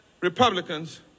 Republicans